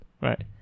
right